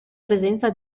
presenza